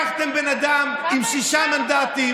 לקחתם בן אדם עם שישה מנדטים,